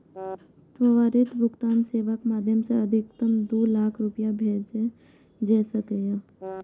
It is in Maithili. त्वरित भुगतान सेवाक माध्यम सं अधिकतम दू लाख रुपैया भेजल जा सकैए